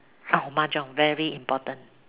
oh mahjong very important